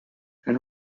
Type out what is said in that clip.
and